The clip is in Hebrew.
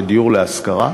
לדיור להשכרה,